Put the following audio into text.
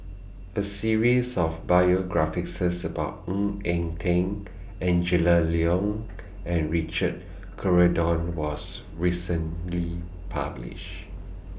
A series of biographies about Ng Eng Teng Angela Liong and Richard Corridon was recently published